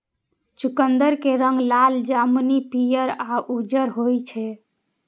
चुकंदर के रंग लाल, जामुनी, पीयर या उज्जर होइ छै